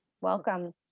welcome